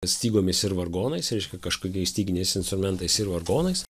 stygomis ir vargonais reiškia kažkokį styginiais instrumentais ir vargonais